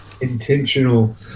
intentional